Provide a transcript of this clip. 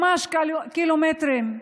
ממש קילומטרים,